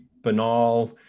banal